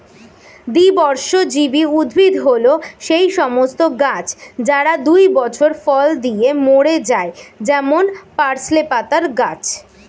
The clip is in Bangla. দ্বিবর্ষজীবী উদ্ভিদ হল সেই সমস্ত গাছ যারা দুই বছর ফল দিয়ে মরে যায় যেমন পার্সলে পাতার গাছ